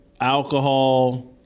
alcohol